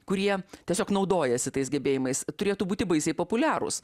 kurie tiesiog naudojasi tais gebėjimais turėtų būti baisiai populiarūs